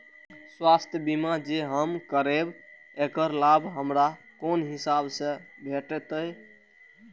स्वास्थ्य बीमा जे हम करेब ऐकर लाभ हमरा कोन हिसाब से भेटतै?